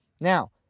Now